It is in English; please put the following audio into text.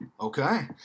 Okay